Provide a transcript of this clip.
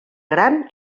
gran